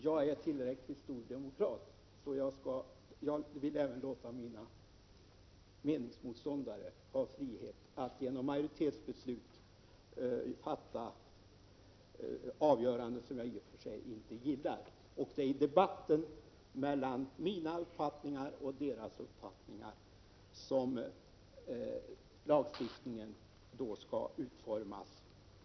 Jag är tillräckligt stor demokrat för att vilja låta även mina meningsmotståndare ha frihet att på majoritetens grund fatta avgörande beslut som jag i och för sig inte gillar. Det är i debatten mellan mina 31 uppfattningar och deras uppfattningar som lagstiftningen skall utformas.